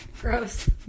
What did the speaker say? Gross